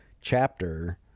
chapter